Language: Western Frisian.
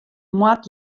moat